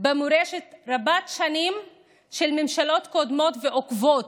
במורשת רבת-שנים של ממשלות קודמות ועוקבות,